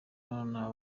abana